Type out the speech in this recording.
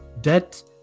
debt